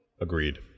Agreed